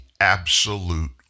absolute